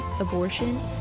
abortion